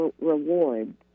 rewards